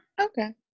okay